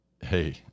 hey